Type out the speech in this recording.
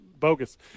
bogus